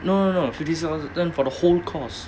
no no no fifty six thousand for the whole course